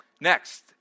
Next